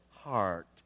heart